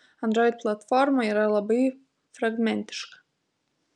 android platforma yra labai fragmentiška